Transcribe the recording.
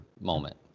moment